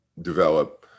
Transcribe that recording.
develop